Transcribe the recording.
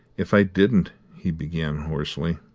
if i didn't, he began hoarsely